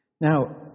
Now